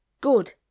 Good